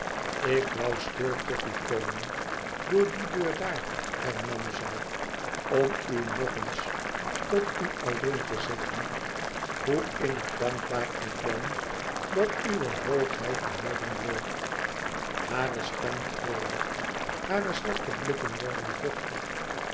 ik woû stil tot u komen door die deur daar hernam zij om u nog eens tot u alleen te zeggen hoe innig dankbaar ik ben dat uwe hoogheid behouden bleef hare stem trilde hare zwarte blikken werden vochtig